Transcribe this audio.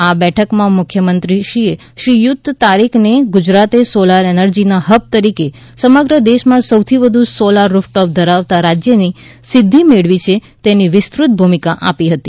આ બેઠકમાં મુખ્યમંત્રીએ શ્રીયુત તારીકને ગુજરાતે સોલાર એનર્જીના હબ તરીકે સમગ્ર દેશમાં સૌથી વધુ સોલાર રૂફટોપ ધરાવતા રાજ્યની સિદ્ધિ મેળવી છે તેની વિસ્તૃત ભૂમિકા આપી હતી